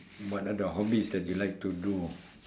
what are the hobbies that you like to do